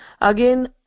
Again